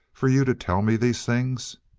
for you to tell me these things?